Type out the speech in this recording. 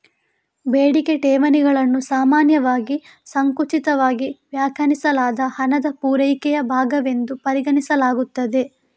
ಬೇಡಿಕೆ ಠೇವಣಿಗಳನ್ನು ಸಾಮಾನ್ಯವಾಗಿ ಸಂಕುಚಿತವಾಗಿ ವ್ಯಾಖ್ಯಾನಿಸಲಾದ ಹಣದ ಪೂರೈಕೆಯ ಭಾಗವೆಂದು ಪರಿಗಣಿಸಲಾಗುತ್ತದೆ